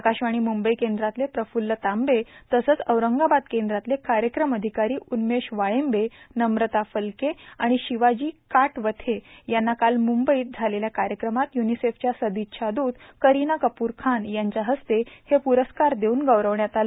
आकाशवाणी मुंबई केंद्रातले प्रफूल्ल तांबे तसंच औरंगाबाद केंद्रातले कार्यक्रम अधिकारी उन्मेश वाळिंबे नम्रता फलके आणि शिवाजी काटवथे यांना काल म्ंबईत झालेल्या कार्यक्रमात यूनिसेफच्या सदिच्छा दूत करीना कपूर खान यांच्या हस्ते हे प्रस्कार देऊन गौरवण्यात आलं